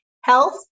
health